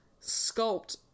sculpt